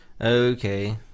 Okay